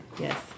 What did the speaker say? Yes